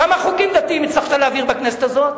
כמה חוקים דתיים הצלחת להעביר בכנסת הזאת?